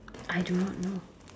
I do not know